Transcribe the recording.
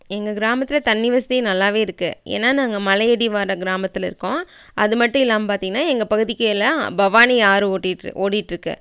எங்கள் கிராமத்தில் தண்ணி வசதி நல்லாவே இருக்கு ஏன்னா நாங்கள் மலையடிவார கிராமத்தில் இருக்கோம் அது மட்டும் இல்லாமல் பார்த்தீங்கன்னா எங்கள் பகுதிகளில் பவானி ஆறு ஓட்டிகிட்டு ஓடிகிட்டு இருக்கு